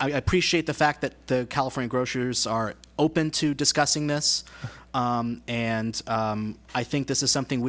i appreciate the fact that the california grocers are open to discussing this and i think this is something